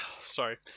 Sorry